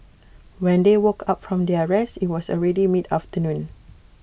when they woke up from their rest IT was already mid afternoon